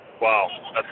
Wow